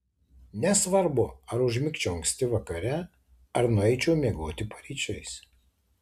nesvarbu ar užmigčiau anksti vakare ar nueičiau miegoti paryčiais